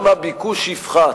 גם הביקוש יפחת,